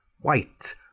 White